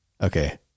Okay